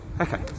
Okay